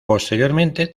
posteriormente